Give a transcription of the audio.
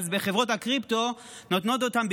אז חברות הקריפטו נותנות אותן,